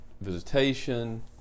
visitation